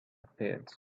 appeared